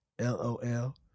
LOL